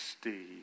Steve